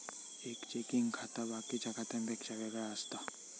एक चेकिंग खाता बाकिच्या खात्यांपेक्षा वेगळा असता